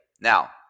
Now